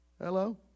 Hello